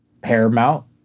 paramount